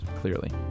clearly